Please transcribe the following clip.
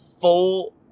full